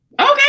okay